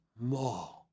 more